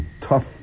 tough